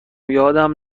یادم